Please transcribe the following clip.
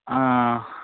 ஆ